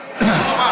תשמע,